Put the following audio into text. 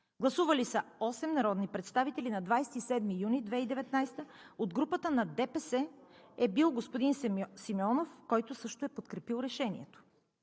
Гласували са 8 народни представители на 27 юни 2019 г. От групата на ДПС е бил господин Симеонов, който също е подкрепил решението.